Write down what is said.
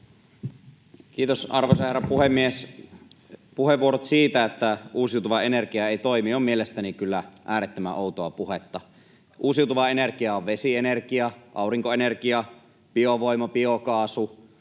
Kiitos, arvoisa herra puhemies! Puheenvuorot siitä, että uusiutuva energia ei toimi, ovat mielestäni kyllä äärettömän outoa puhetta. Uusiutuvaa energiaa on vesienergia, aurinkoenergia, biovoima, biokaasu,